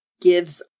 gives